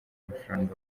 amafaranga